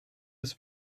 his